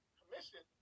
commission